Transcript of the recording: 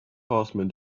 horseman